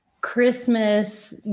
Christmas